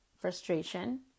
frustration